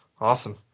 Awesome